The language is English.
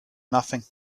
nothing